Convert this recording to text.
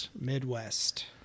Midwest